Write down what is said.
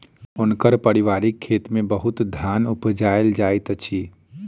हुनकर पारिवारिक खेत में बहुत धान उपजायल जाइत अछि